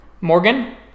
Morgan